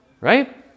right